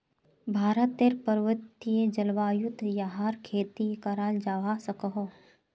भारतेर पर्वतिये जल्वायुत याहर खेती कराल जावा सकोह